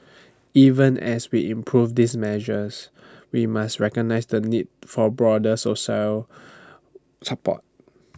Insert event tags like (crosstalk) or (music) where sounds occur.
(noise) even as we improve these measures we must recognise the need for broader social support